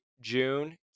june